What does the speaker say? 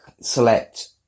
select